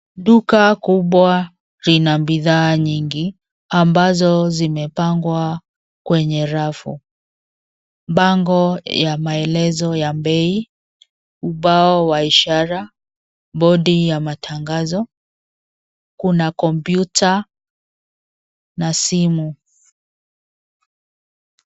Duka kubwa lina bidhaa nyingi ambazo zimepangwa kwenye rafu. Bango ya maelezo ya bei, ubao wa ishara, bodi ya matangazo, kuna kompyuta na simu.